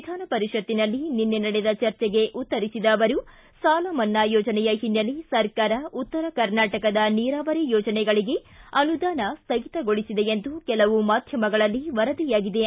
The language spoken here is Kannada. ವಿಧಾನಪರಿಷತ್ನಲ್ಲಿ ನಿನ್ನೆ ನಡೆದ ಚರ್ಚೆಗೆ ಉತ್ತರಿಸಿದ ಅವರು ಸಾಲಮನ್ನಾ ಯೋಜನೆಯ ಹಿನ್ನೆಲೆ ಸರ್ಕಾರ ಉತ್ತರ ಕರ್ನಾಟಕದ ನೀರಾವರಿ ಯೋಜನೆಗಳಿಗೆ ಅನುದಾನ ಸ್ವಗಿತಗೊಳಿಸಿದೆ ಎಂದು ಕೆಲವು ಮಾಧ್ಯಮಗಳಲ್ಲಿ ಸುದ್ದಿಗಳು ಬಿತ್ತರಗೊಂಡಿವೆ